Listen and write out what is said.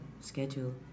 schedule